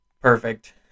Perfect